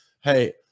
Hey